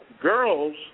girls